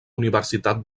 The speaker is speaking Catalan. universitat